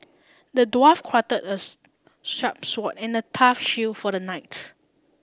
the dwarf crafted as sharp sword and a tough shield for the knight